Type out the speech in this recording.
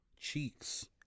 Cheeks